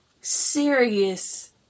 serious